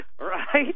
Right